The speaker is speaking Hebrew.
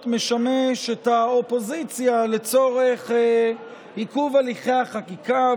משמש את האופוזיציה לצורך עיכוב הליכי החקיקה,